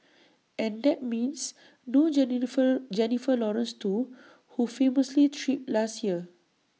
and that means no Jennifer Lawrence too who famously tripped last year